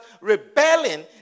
rebelling